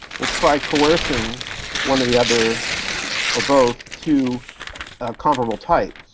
will try coercing one or the other or both to a comparable type.